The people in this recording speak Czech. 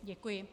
Děkuji.